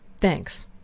Thanks